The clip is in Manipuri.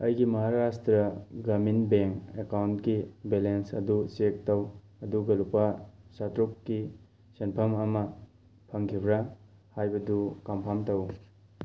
ꯑꯩꯒꯤ ꯃꯍꯥꯔꯥꯁꯇ꯭ꯔ ꯒ꯭ꯔꯥꯃꯤꯟ ꯕꯦꯡ ꯑꯦꯀꯥꯎꯟꯀꯤ ꯕꯦꯂꯦꯟꯁ ꯑꯗꯨ ꯆꯦꯛ ꯇꯧ ꯑꯗꯨꯒ ꯂꯨꯄꯥ ꯆꯥꯇ꯭ꯔꯨꯛꯀꯤ ꯁꯦꯟꯐꯝ ꯑꯃ ꯐꯪꯈꯤꯕ꯭ꯔꯥ ꯍꯥꯏꯕꯗꯨ ꯀꯝꯐꯥꯝ ꯇꯧ